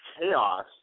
chaos